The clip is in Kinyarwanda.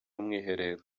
umwiherero